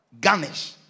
Garnish